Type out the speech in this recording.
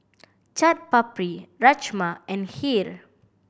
Chaat Papri Rajma and Kheer